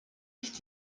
ich